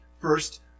first